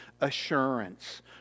assurance